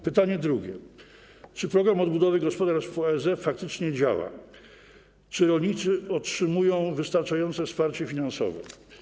Pytanie drugie: Czy program odbudowy gospodarstw po ASF faktycznie działa i czy rolnicy otrzymują wystarczające wsparcie finansowe?